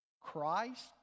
Christ